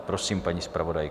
Prosím, paní zpravodajko.